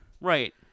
right